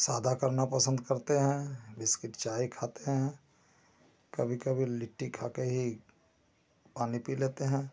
सादा करना पसंद करते हैं बिस्किट चाय खाते हैं कभी कभी लिट्टी खा के ही पानी पी लेते हैं